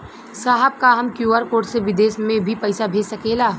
साहब का हम क्यू.आर कोड से बिदेश में भी पैसा भेज सकेला?